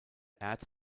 erz